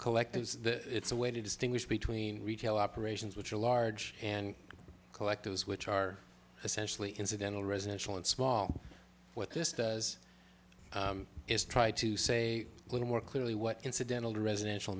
collect is that it's a way to distinguish between retail operations which are large and collectors which are essentially incidental residential and small what this does is try to say a little more clearly what incidental residential